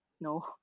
No